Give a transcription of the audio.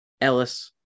Ellis